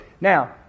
Now